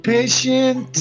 Patient